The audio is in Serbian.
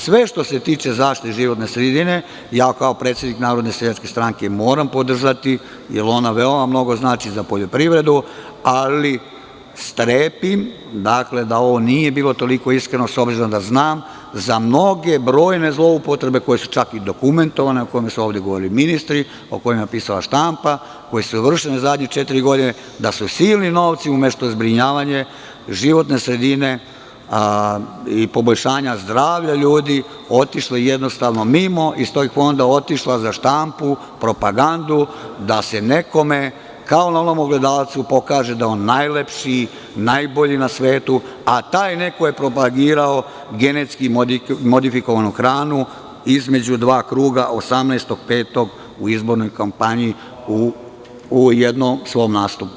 Sve što se tiče zaštite životne sredine ja, kao predsednik Narodne seljačke stranke, moram podržati, jer ona veoma mnogo znači za poljoprivredu, ali strepim da ovo nije bilo toliko iskreno, s obzirom da znam za mnoge brojne zloupotrebe koje su čak i dokumentovane, o kojima su ovde govorili ministri, o kojima je pisala štampa, koje su vršene zadnje četiri godine, da su silni novci, umesto za zbrinjavanje životne sredine i poboljšanje zdravlja ljudi, otišli, mimo tog fonda, za štampu, propagandu, da se nekome, kao na ovom ogledalcu, pokaže da je on najlepši, najbolji na svetu, a taj neko je propagirao genetski modifikovanu hranu između dva kruga, 18. maja u izbornoj kampanji u jednom svom nastupu.